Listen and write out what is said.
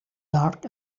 dark